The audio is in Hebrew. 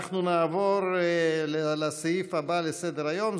אנחנו נעבור לסעיף הבא בסדר-היום,